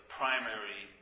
primary